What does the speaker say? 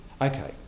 Okay